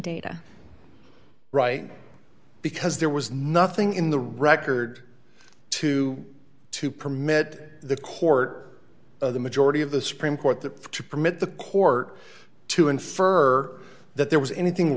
data right because there was nothing in the record to to permit the court or the majority of the supreme court that to permit the court to infer that there was anything